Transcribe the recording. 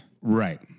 Right